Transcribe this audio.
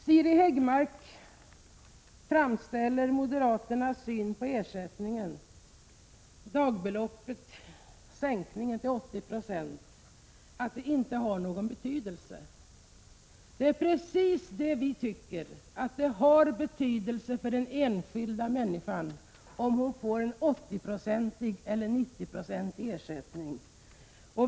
Siri Häggmark framställer moderaternas syn på en sänkning av ersättningen till 80 96 genom att säga att det inte har någon betydelse. Men det är precis vad vi tycker att det har. För den enskilda människan betyder det mycket om hon får 80 96 eller 90 96 i ersättning.